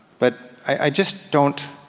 but i just don't,